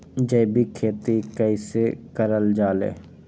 जैविक खेती कई से करल जाले?